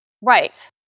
Right